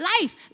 life